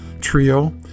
trio